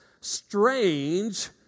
strange